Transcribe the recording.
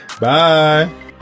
Bye